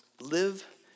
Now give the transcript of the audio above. Live